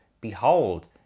behold